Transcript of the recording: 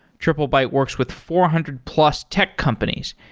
triplebyte works with four hundred plus tech companies,